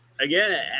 again